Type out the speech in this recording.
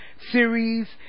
series